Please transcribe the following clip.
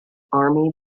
army